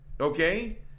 Okay